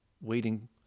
waiting